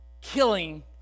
killing